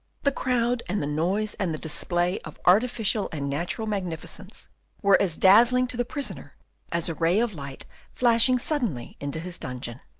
the crowd and the noise and the display of artificial and natural magnificence were as dazzling to the prisoner as a ray of light flashing suddenly into his dungeon.